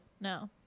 No